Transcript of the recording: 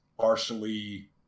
partially